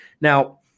Now